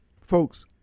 folks